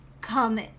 come